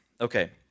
Okay